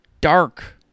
dark